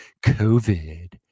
COVID